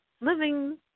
living